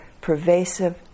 pervasive